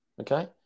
Okay